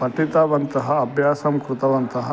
पठितवन्तः अभ्यासं कृतवन्तः